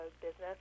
business